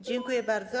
Dziękuję bardzo.